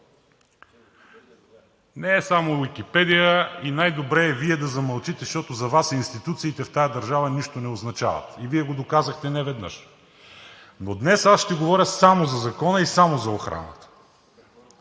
Не е само Уикипедия и е най-добре Вие да замълчите, защото за Вас институциите в тази държава нищо не означават. И Вие го доказахте неведнъж. Днес аз говоря само за Закона и само за охраната.